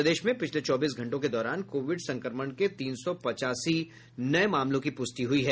प्रदेश में पिछले चौबीस घंटों के दौरान कोविड संक्रमण के तीन सौ पचासी नये मामलों की पुष्टि हुई है